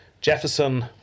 Jefferson